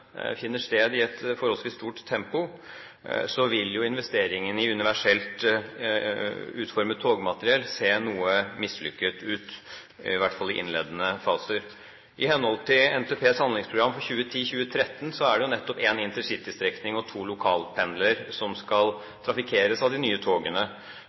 et forholdsvis stort tempo, vil jo investeringen i universelt utformet togmateriell se noe mislykket ut, i hvert fall i innledende faser. I henhold til NTPs Handlingsprogram for 2010–2013 er det jo nettopp én intercitystrekning og to lokalstrekninger som skal trafikkeres av de nye togene.